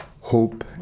hope